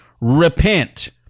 Repent